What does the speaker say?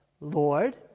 Lord